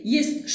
Jest